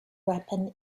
weapon